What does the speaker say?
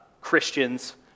Christians